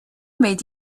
made